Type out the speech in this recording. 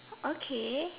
okay